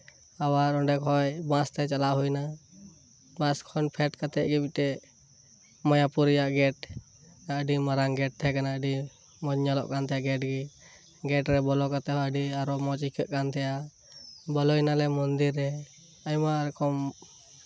ᱟᱵᱟᱨ ᱚᱸᱰᱮ ᱠᱷᱚᱱ ᱵᱟᱥ ᱛᱮ ᱪᱟᱞᱟᱣ ᱦᱩᱭ ᱮᱱᱟ ᱵᱟᱥ ᱠᱷᱚᱱ ᱯᱷᱮᱰ ᱠᱟᱛᱮᱫ ᱜᱮ ᱢᱤᱫᱴᱮᱱ ᱢᱟᱭᱟᱨᱩᱨ ᱨᱮᱭᱟᱜ ᱜᱮᱴ ᱟᱹᱰᱤ ᱢᱟᱨᱟᱝ ᱜᱮᱴ ᱛᱟᱦᱮᱸ ᱠᱟᱱᱟ ᱟᱹᱰᱤ ᱢᱚᱸᱡᱽ ᱧᱮᱞᱚᱜ ᱛᱟᱦᱮᱸ ᱠᱟᱱᱟ ᱜᱮᱴ ᱜᱮ ᱜᱮᱴ ᱨᱮ ᱵᱚᱞᱚ ᱠᱟᱛᱮᱫ ᱜᱮ ᱟᱹᱰᱤ ᱢᱚᱸᱡᱽ ᱟᱹᱭᱠᱟᱹᱜ ᱠᱟᱱ ᱛᱟᱸᱦᱮᱱᱟ ᱵᱚᱞᱚᱭ ᱱᱟᱞᱮ ᱢᱚᱱᱫᱤᱨ ᱨᱮ ᱟᱭᱢᱟ ᱨᱚᱠᱚᱢ